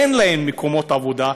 אין להן מקומות עבודה,